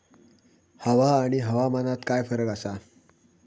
हवा आणि हवामानात काय फरक असा?